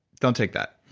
don't take that.